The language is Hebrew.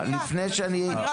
זה לא מדויק.